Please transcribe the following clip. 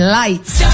lights